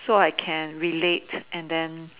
so I can relate and then